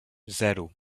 zero